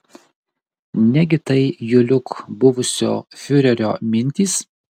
negi tai juliuk buvusio fiurerio mintys